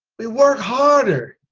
we work harder